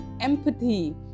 empathy